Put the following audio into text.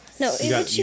No